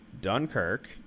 Dunkirk